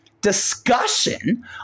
discussion